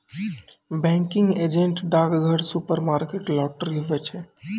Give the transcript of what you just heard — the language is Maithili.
बैंकिंग एजेंट डाकघर, सुपरमार्केट, लाटरी, हुवै छै